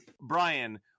Brian